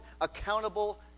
accountable